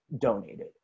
donated